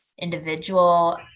individual